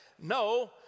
no